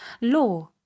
Law